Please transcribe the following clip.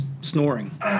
snoring